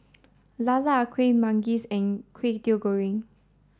lala kueh manggis in kway teow goreng